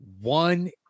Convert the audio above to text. One